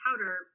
powder